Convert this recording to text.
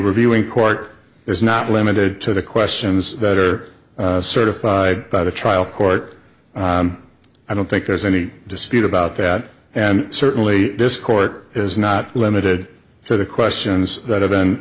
were viewing court is not limited to the questions that are certified by the trial court i don't think there's any dispute about that and certainly this court is not limited to the questions that have been